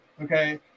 okay